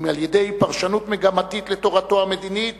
אם על-ידי פרשנות מגמתית לתורתו המדינית